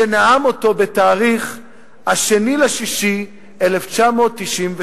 שנאם אותו ב-2 ביוני 1998,